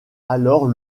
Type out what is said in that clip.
alors